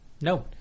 No